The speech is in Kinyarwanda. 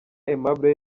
aimable